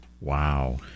wow